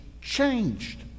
changed